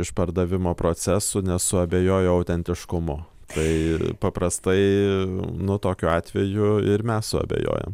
iš pardavimo proceso nes suabejojo autentiškumu tai paprastai nu tokiu atveju ir mes suabejojom